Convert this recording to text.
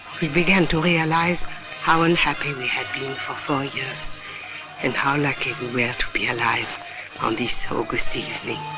we began to realize how unhappy we had been for four years and how lucky we were to be alive on this august evening.